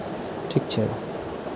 ठीक छै